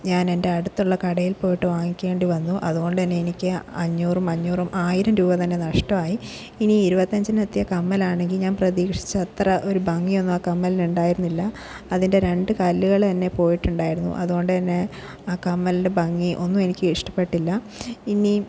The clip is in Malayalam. ഞാനെൻ്റെ അടുത്തുള്ള കടയിൽ പോയിട്ട് വാങ്ങിക്കേണ്ടി വന്നു അതുകൊണ്ട് തന്നെ എന്നെ എനിക്ക് അഞ്ഞൂറും അഞ്ഞൂറും ആയിരം രൂപ തന്നെ നഷ്ടമായി ഇനി ഇരുപത്തിയഞ്ചിന് എത്തിയ കമ്മലാണെങ്കിൽ ഞാൻ പ്രതീക്ഷിച്ച അത്ര ഒരു ഭംഗിയൊന്നും ആ കമ്മലിനുണ്ടായിരുന്നില്ല അതിൻ്റെ രണ്ട് കല്ലുകള് തന്നെ പോയിട്ടുണ്ടായിരുന്നു അതുകൊണ്ട് തന്നെ ആ കമ്മലിൻ്റെ ഭംഗി ഒന്നും എനിക്ക് ഇഷ്ടപ്പെട്ടില്ല ഇനി